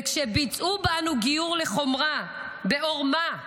וכשביצעו בנו גיור לחומרה בעורמה,